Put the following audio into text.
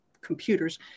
computers